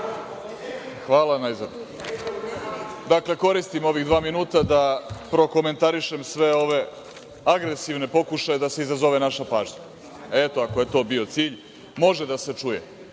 Hvala najzad. Dakle, koristim ova dva minuta da prokomentarišem sve ove agresivne pokušaje da se izazove naša pažnja. Eto, ako je to bio cilj, može da se čuje.